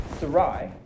Sarai